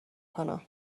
کنم